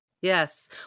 Yes